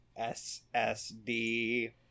SSD